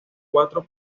registró